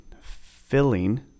filling